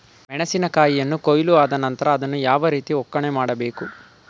ಮೆಣಸಿನ ಕಾಯಿಯನ್ನು ಕೊಯ್ಲು ಆದ ನಂತರ ಅದನ್ನು ಯಾವ ರೀತಿ ಒಕ್ಕಣೆ ಮಾಡಬೇಕು?